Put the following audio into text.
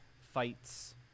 fights